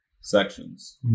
sections